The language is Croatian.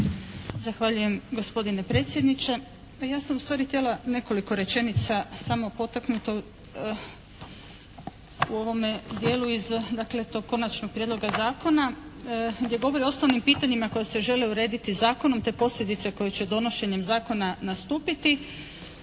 Zahvaljujem gospodine predsjedniče. Pa ja sam ustvari htjela nekoliko rečenica samo potaknuta u ovome dijelu iz dakle tog konačnog prijedloga zakona gdje govori o osnovnim pitanjima koja se žele urediti zakonom te posljedice koje će donošenjem zakona nastupiti,